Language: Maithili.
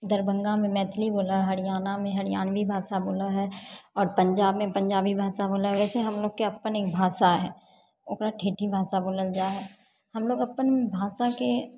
दरभङ्गामे मैथिली बोलऽ हरियाणामे हरियाणवी भाषा बोलऽ हैय आओर पंजाबमे पंजाबी भाषा बोलऽ हैय वैसे ही हमलोगके अपन एक भाषा है ओकरा ठेठी भाषा बोलल जा हैय हमलोग अपन भाषाके